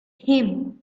him